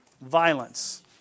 Violence